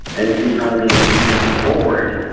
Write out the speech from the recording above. and if the economy is moving forward,